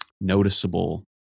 noticeable